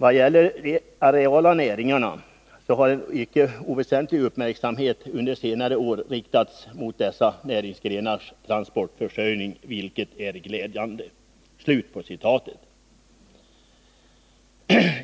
Vad gäller de areala näringarna så har en icke oväsentlig uppmärksamhet under senare år riktats mot dessa näringsgrenars transportförsörjning vilket är glädjande.”